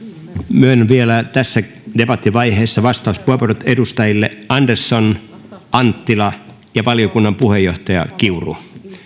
myönnän vielä tässä debattivaiheessa vastauspuheenvuorot edustajille andersson anttila ja valiokunnan puheenjohtaja kiuru